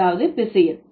அதாவது பிசையல்